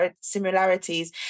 similarities